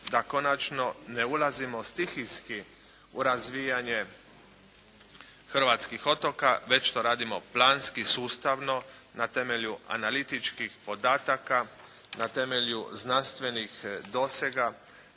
da konačno ne ulazimo stihijski u razvijanje hrvatskih otoka, već to radimo planski, sustavno na temelju analitičkih podataka, na temelju znanstvenih dosega.